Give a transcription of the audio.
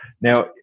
Now